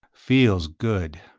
feels good.